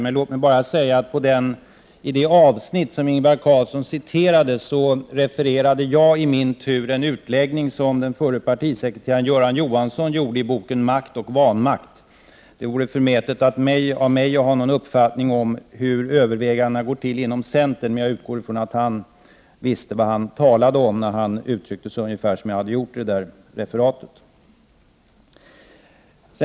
Låt mig emellertid bara säga beträffande det avsnitt som Ingvar Carlsson citerade att jag i min tur refererade en utläggning som den förre partisekreteraren Göran Johansson gjorde i boken Makt och vanmakt. Det vore förmätet av mig att ha någon uppfattning om hur övervägandena går till inom centern, men jag utgår från att han visste vad han talade om när han uttryckte sig ungefär som jag gjorde i det där referatet.